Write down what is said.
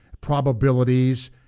probabilities